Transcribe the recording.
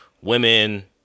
women